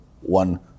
one